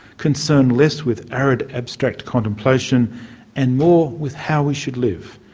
concerned less with arid abstract contemplation and more with how we should live.